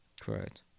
Correct